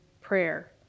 prayer